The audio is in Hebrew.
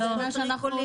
לעשות ריקול,